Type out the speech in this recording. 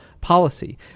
policy